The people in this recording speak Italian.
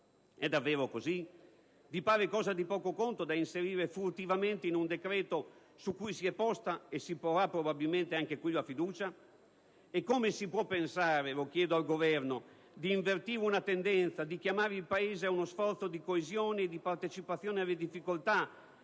È davvero così? Vi pare cosa di poco conto da inserire furtivamente in un decreto su cui si è posta e si porrà probabilmente anche qui la fiducia ? E come si può pensare, lo chiedo al Governo, di invertire una tendenza, di chiamare il Paese a uno sforzo di coesione e partecipazione alle difficoltà,